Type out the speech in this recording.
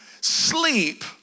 sleep